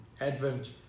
Advent